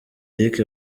eric